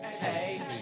Hey